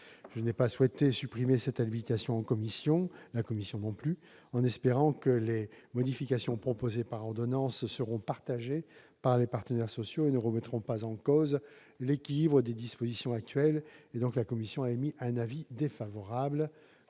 Je n'ai pas souhaité supprimer cette habilitation en commission, en espérant que les modifications proposées par ordonnance seront partagées par les partenaires sociaux et ne remettront pas en cause l'équilibre des dispositions actuelles. L'avis de la commission est donc défavorable.